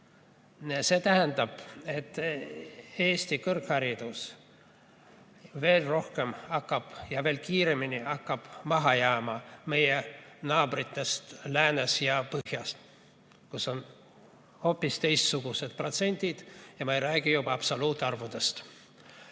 See tähendab, et Eesti kõrgharidus hakkab veel rohkem ja veel kiiremini maha jääma meie naabritest läänes ja põhjas, kus on hoopis teistsugused protsendid, ja ma ei räägi absoluutarvudest.